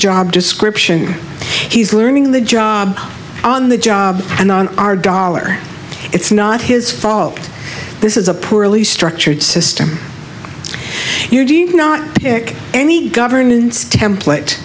job description he's learning the job on the job and on our dollar it's not his fault this is a poorly structured system you do you cannot pick any governance template